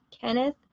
Kenneth